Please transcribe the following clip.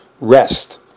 rest